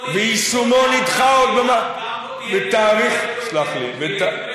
ויישומו נדחה עוד, אבל אם לא, סלח לי.